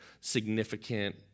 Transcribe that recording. significant